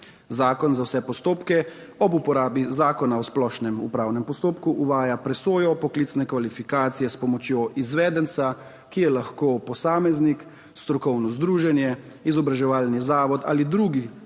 Zakon za vse postopke ob uporabi Zakona o splošnem upravnem postopku uvaja presojo poklicne kvalifikacije s pomočjo izvedenca, ki je lahko posameznik, strokovno združenje, izobraževalni zavod ali drugi